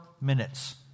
minutes